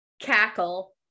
cackle